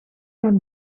not